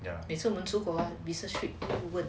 每次我们出国 business trip